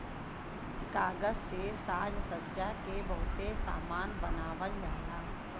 कागज से साजसज्जा के बहुते सामान बनावल जाला